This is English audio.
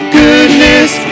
goodness